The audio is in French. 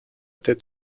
tête